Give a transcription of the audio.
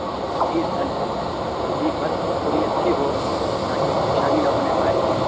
جیت جی بس تھوڑی اچھی ہو تاکہ پریشانی نہ ہونے پائے